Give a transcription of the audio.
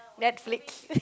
Netflix